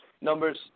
numbers